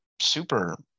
super